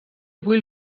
vull